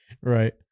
right